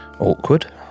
Awkward